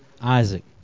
Isaac